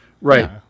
right